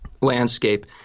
landscape